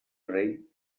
rei